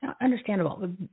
understandable